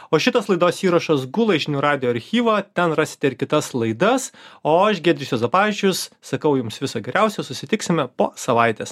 o šitos laidos įrašas gula į žinių radijo archyvą ten rasite ir kitas laidas o aš giedrius juozapavičius sakau jums viso geriausio susitiksime po savaitės